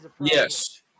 Yes